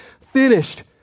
finished